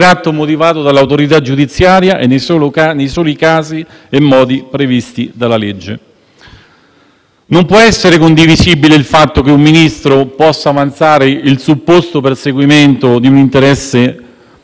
Non può essere condivisibile il fatto che un Ministro possa avanzare il supposto perseguimento di un preminente interesse pubblico per sottrarsi al principio di responsabilità e al principio di legalità,